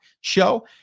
show